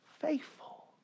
faithful